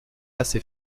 assez